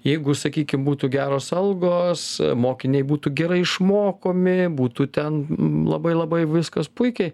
jeigu sakykim būtų geros algos mokiniai būtų gerai išmokomi būtų ten labai labai viskas puikiai